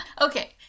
Okay